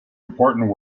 important